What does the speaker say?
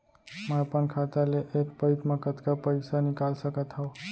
मैं अपन खाता ले एक पइत मा कतका पइसा निकाल सकत हव?